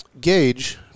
gauge